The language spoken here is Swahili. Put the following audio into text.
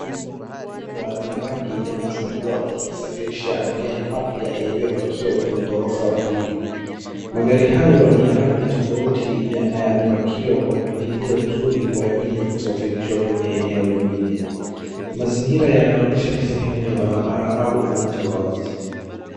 Ni lori kubwa la rangi ya machungwa likisafirisha magari mapya yaliyopakiwa kwenye ghorofa mbili. Magari hayo ni ya rangi tofauti na yamepakiwa kwa mpangilio mzuri kwa ajili ya kusafirishwa kwenye eneo jingine. Mazingira yanaonyesha ni sehemu ya barabara au uwanja wazi.